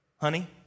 Honey